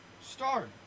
Start